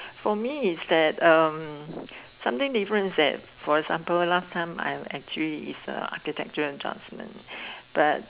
for me is that um something different is that for example last time I am actually is a architecture adjustment